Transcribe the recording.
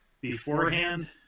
beforehand